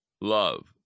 love